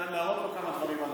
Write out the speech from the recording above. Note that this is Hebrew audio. להראות לו כמה דברים על